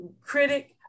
critic